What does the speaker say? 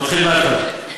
נתחיל מההתחלה.